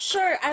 Sure